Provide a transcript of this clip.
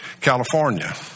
California